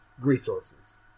resources